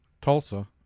tulsa